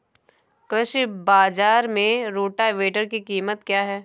कृषि बाजार में रोटावेटर की कीमत क्या है?